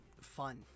fun